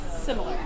Similar